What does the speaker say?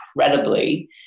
incredibly